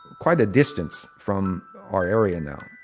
quite a distance from our area now.